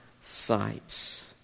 sight